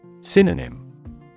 Synonym